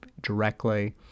directly